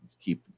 keep